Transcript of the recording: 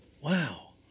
wow